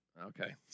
okay